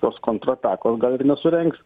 tos kontra atakos gal ir nesurengs